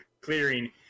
clearing